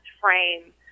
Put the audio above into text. frame